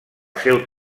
seu